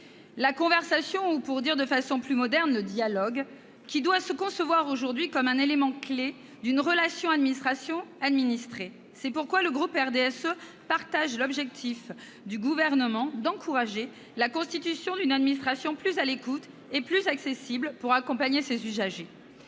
La conversation ou, pour le dire de façon plus moderne, le dialogue doit se concevoir aujourd'hui comme un élément clef d'une relation entre l'administration et les administrés. C'est pourquoi les membres du groupe du RDSE approuvent l'objectif du Gouvernement d'encourager la constitution d'une administration plus à l'écoute et plus accessible pour accompagner ses usagers.